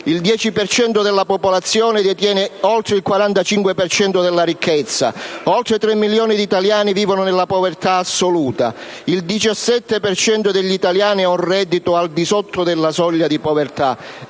cento della popolazione detiene oltre il 45 per cento della ricchezza, oltre tre milioni di italiani vivono nella povertà assoluta, il 17 per cento degli italiani ha un reddito al di sotto della soglia di povertà